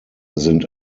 sind